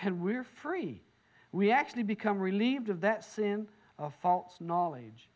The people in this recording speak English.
and we're free we actually become relieved of that sin of faults knowledge